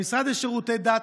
המשרד לשירותי דת,